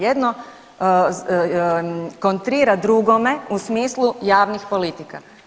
Jedno kontrira drugome u smislu javnih politika.